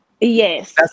Yes